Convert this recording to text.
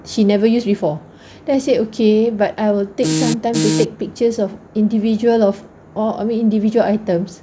she never use before then I said okay but I will take some time to take pictures of individual of or I mind individual items